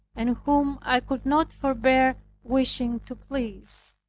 and whom i could not forbear wishing to please.